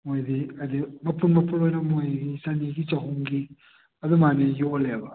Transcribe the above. ꯃꯣꯏꯗꯤ ꯑꯗꯨ ꯃꯄꯨꯟ ꯃꯄꯨꯟ ꯑꯣꯏꯅ ꯃꯣꯏꯒꯤ ꯆꯅꯤꯒꯤ ꯆꯍꯨꯝꯒꯤ ꯑꯗꯨꯃꯥꯏꯅ ꯌꯣꯜꯂꯦꯕ